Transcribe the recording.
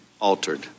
altered